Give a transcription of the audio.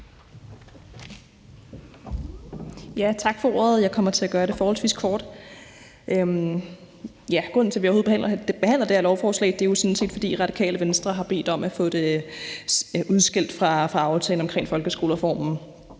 Tak for ordet. Jeg kommer til at gøre det forholdsvis kort. Grunden til, at vi overhovedet behandler det her lovforslag, er jo sådan set, at Radikale Venstre har bedt om at få det udskilt fra aftalen om folkeskolereformen.